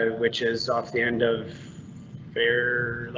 ah which is off the end of fairlight.